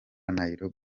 nairobi